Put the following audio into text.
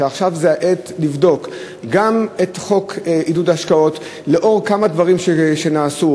שעכשיו זו העת לבדוק גם את החוק לעידוד השקעות הון עקב כמה דברים שנעשו?